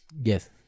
Yes